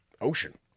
Ocean